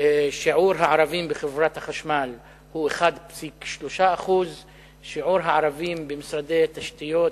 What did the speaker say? שיעור הערבים בחברת החשמל הוא 1.3%; שיעור הערבים במשרדי התשתיות,